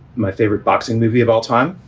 my favorite boxing movie of all time.